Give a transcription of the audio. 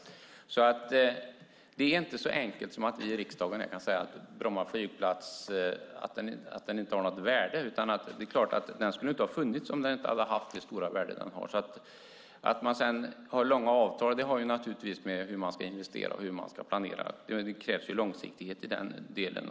Det är alltså inte så enkelt som att vi i riksdagen kan säga att Bromma flygplats inte har något värde. Den skulle inte ha funnits om den inte hade haft det stora värde som den har. Att man har långa avtal har naturligtvis att göra med hur man ska investera och hur man ska planera. Det krävs långsiktighet i den delen.